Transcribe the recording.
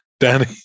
Danny